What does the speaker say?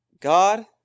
God